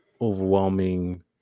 overwhelming